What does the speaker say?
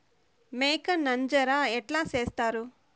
మేక నంజర ఎట్లా సేస్తారు?